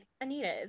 Anita